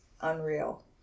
unreal